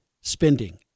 spending